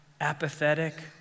apathetic